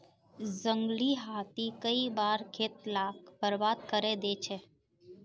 जंगली हाथी कई बार खेत लाक बर्बाद करे दे छे